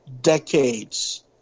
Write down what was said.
decades